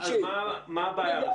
מה הבעיה?